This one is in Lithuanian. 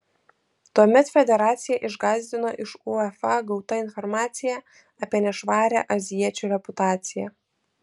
tuomet federaciją išgąsdino iš uefa gauta informacija apie nešvarią azijiečių reputaciją